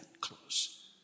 close